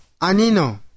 anino